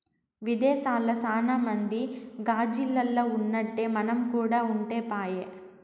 విదేశాల్ల సాన మంది గాజిల్లల్ల ఉన్నట్టే మనం కూడా ఉంటే పాయె